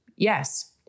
Yes